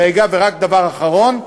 רגע, ורק דבר אחרון: